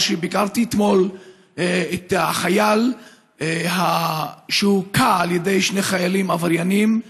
שביקרתי אתמול את החייל שהוכה על ידי שני חיילים עבריינים,